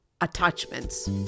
attachments